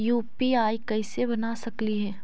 UPI कैसे बना सकली हे?